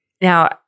Now